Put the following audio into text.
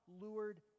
lured